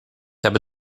habe